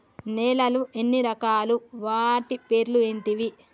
నేలలు ఎన్ని రకాలు? వాటి పేర్లు ఏంటివి?